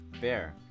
Bear